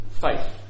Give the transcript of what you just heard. faith